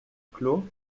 clos